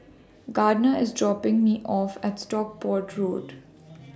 Gardner IS dropping Me off At Stockport Road